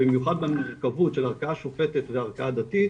במיוחד במורכבות של ערכאה שופטת וערכאה דתית,